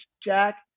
Jack